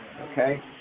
Okay